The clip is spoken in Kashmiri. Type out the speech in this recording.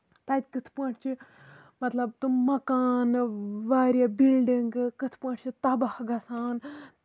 تَتہِ کِتھ پٲٹھۍ چھِ مطلب تٔمۍ مَکانہٕ واریاہ بِلڈنگہٕ کِتھ پٲٹھۍ چھِ تَباہ گژھان